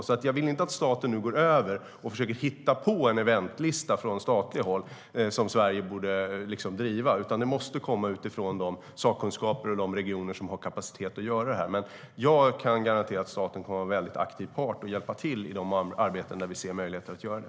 Därför vill jag inte att vi nu går in och försöker hitta på en eventlista från statligt håll som Sverige borde driva, utan det måste komma utifrån de sakkunskaper och de regioner som har kapacitet att göra detta. Jag kan dock garantera att staten kommer att vara en väldigt aktiv part och hjälpa till i de arbeten där vi ser möjligheter att göra det.